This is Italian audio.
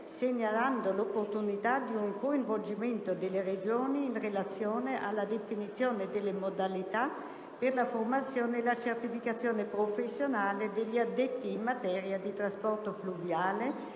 segnalando l'opportunità di un coinvolgimento delle Regioni in relazione alla definizione delle modalità per la formazione e la certificazione professionale degli addetti in materia di trasporto fluviale,